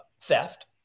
theft